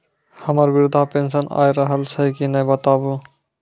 हमर वृद्धा पेंशन आय रहल छै कि नैय बताबू?